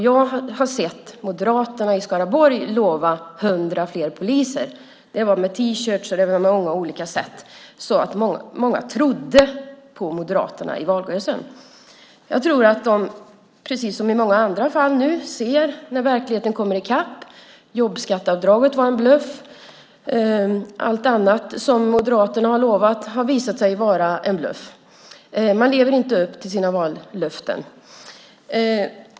Jag har sett Moderaterna i Skaraborg lova 100 fler poliser. Det var med T-shirtar och på andra sätt. Många trodde på Moderaterna i valrörelsen. Jag tror att de, som i många fall, nu när verkligheten kommer i kapp ser att jobbskatteavdraget var en bluff, och allt annat som Moderaterna har lovat har visat sig vara en bluff. Man lever inte upp till sina vallöften.